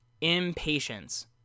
impatience